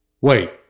wait